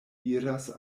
iras